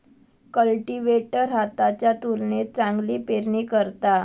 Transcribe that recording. cultivator हाताच्या तुलनेत चांगली पेरणी करता